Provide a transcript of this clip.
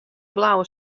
blauwe